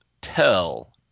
tell